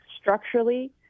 structurally